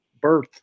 birth